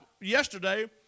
yesterday